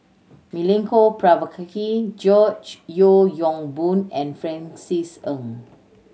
Milenko Prvacki George Yeo Yong Boon and Francis Ng